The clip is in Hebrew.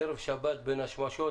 ערב שבת בין השמשות,